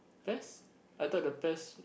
Pes I thought the Pes